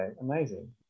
amazing